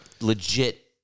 legit